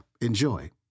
enjoy